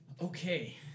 Okay